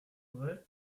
vrai